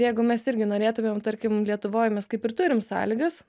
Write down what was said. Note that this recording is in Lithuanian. jeigu mes irgi norėtumėm tarkim lietuvoj mes kaip ir turim sąlygas